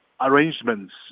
arrangements